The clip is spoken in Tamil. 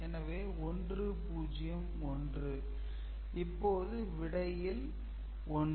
எனவே 1 ௦ 1 இப்போது விடையில் 1